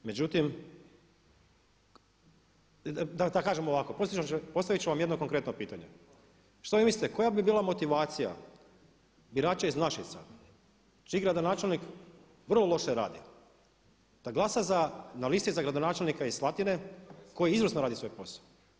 Međutim, da kažem ovako, postavit ću vam jedno konkretno pitanje, što vi mislite koja bi bila motivacija birača iz Našica čiji gradonačelnik vrlo loše radi, da glasa za na listi za gradonačelnika iz Slatine koji izvrsno radi svoj posao.